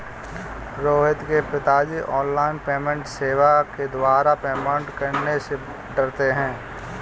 रोहित के पिताजी online payment सेवा के द्वारा पेमेंट करने से डरते हैं